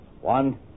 One